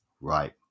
Right